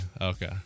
Okay